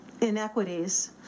inequities